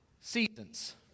seasons